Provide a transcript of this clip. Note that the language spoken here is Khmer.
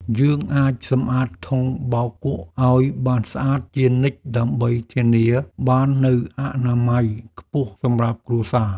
យើងអាចសម្អាតធុងបោកគក់ឱ្យបានស្អាតជានិច្ចដើម្បីធានាបាននូវអនាម័យខ្ពស់សម្រាប់គ្រួសារ។